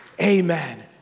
Amen